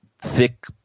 thick